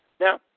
Now